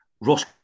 Ross